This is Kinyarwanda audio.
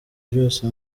byose